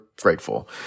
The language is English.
grateful